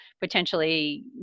potentially